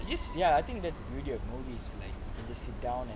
just ya I think that's the beauty of movies you can just sit down and